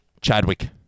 Chadwick